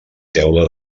teula